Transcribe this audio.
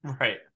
right